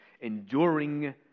enduring